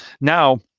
Now